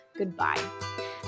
goodbye